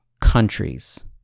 countries